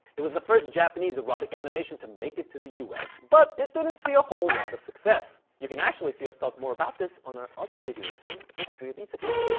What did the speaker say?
it was the first japanese erotic animation to make it to the us but it didn't see a whole lot of success. you can actually see us talk more about this on our other video essay, history of isekai.